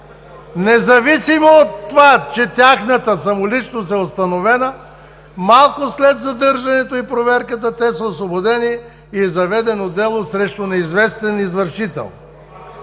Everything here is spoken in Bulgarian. Независимо от това, че тяхната самоличност е установена, малко след задържането и проверката те са освободени и е заведено дело срещу неизвестен извършител.